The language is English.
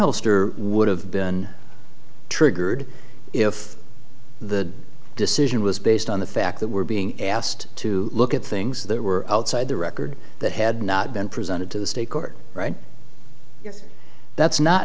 hole stir would have been triggered if the decision was based on the fact that we're being asked to look at things that were outside the record that had not been presented to the state court right yes that's not